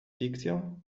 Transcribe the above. fikcją